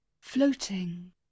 floating